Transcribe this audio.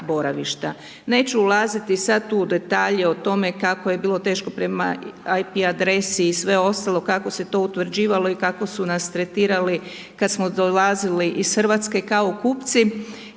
Neću ulaziti sad tu u detalje o tome kako je bilo teško prema IP adresi i sve ostalo, kako se to utvrđivalo i kako su nas tretirali kad smo dolazili iz Hrvatske kao kupci